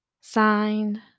Signed